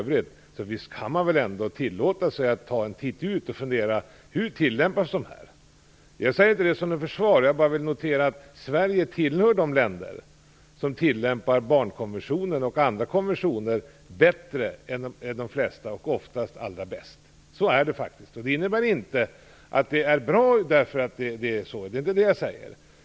Visst kan man tillåta sig att se hur den tillämpas i olika länder. Jag säger det inte som något försvar. Jag vill bara notera att Sverige tillhör de länder som tilllämpar barnkonventionen och andra konventioner bättre än de flesta, oftast allra bäst. Så är det faktiskt. Det innebär inte att det är bra därför att det är så, det är inte det jag vill säga.